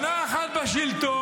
שנה אחת בשלטון,